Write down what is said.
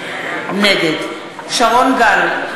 נגד שרון גל,